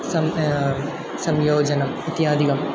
सं संयोजनम् इत्यादिकम्